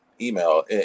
email